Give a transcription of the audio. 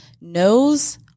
knows